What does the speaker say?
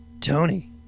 Tony